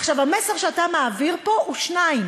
עכשיו, המסר שאתה מעביר פה הוא, שניים.